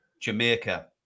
Jamaica